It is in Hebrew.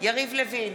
יריב לוין,